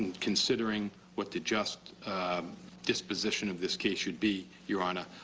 considering what the just disposition of this case should be, your honor,